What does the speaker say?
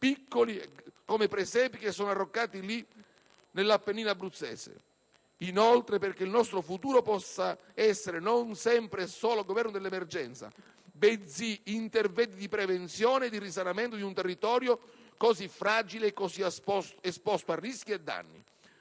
piccoli come presepi, che sono lì arroccati nell'Appennino abruzzese e, in secondo luogo, perché il nostro futuro possa essere non sempre e solo governo dell'emergenza, bensì interventi di prevenzione e di risanamento di un territorio così fragile e così esposto a rischi e danni.